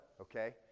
Okay